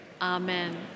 amen